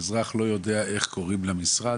האזרח לא יודע איך קוראים למשרד,